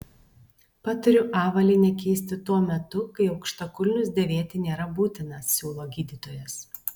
patariu avalynę keisti tuo metu kai aukštakulnius dėvėti nėra būtina siūlo gydytojas